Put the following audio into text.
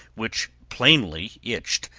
which plainly itched,